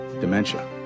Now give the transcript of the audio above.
dementia